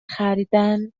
خریدن